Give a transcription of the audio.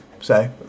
say